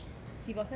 he got send me this